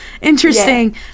Interesting